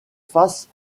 face